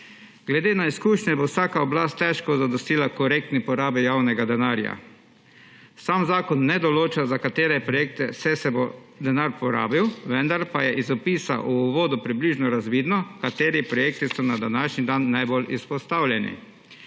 Glede na izkušnje, bo vsaka oblast težko zadostila korektni porabi javnega denarja. Sam zakon ne določa, za katere projekte vse se bo denar porabil, vendar pa je iz opisa v uvodu približno razvidno, kateri projekti so na današnji dan najbolj izpostavljeni.